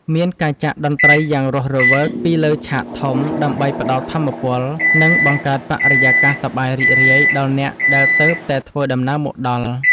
មានការចាក់តន្ត្រីយ៉ាងរស់រវើកពីលើឆាកធំ ដើម្បីផ្ដល់ថាមពល និងបង្កើតបរិយាកាសសប្បាយរីករាយដល់អ្នកដែលទើបតែធ្វើដំណើរមកដល់។